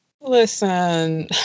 Listen